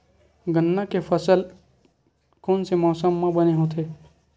गन्ना के फसल कोन से मौसम म बने होथे?